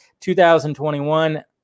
2021